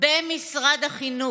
במשרד החינוך,